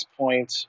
point